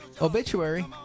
obituary